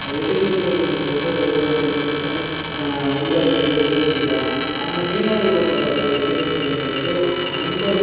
எதிர் நீச்சலுங்கறது ஒவ்வொரு மனிதனுக்கும் உள்ள இயல்பு இயற்கைதான் ஆனால் மீனவர்கள் படக்கூடிய எதிர் நீச்சலுங்கறது ரொம்ப